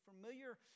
familiar